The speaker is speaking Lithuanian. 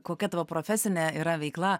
kokia tavo profesinė yra veikla